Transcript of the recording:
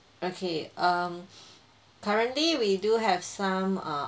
okay um currently we do have some err